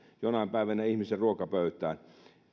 jonain päivänä ihmisen ruokapöytään